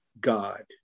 God